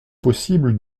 possible